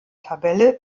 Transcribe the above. tabelle